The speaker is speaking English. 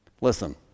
Listen